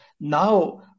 now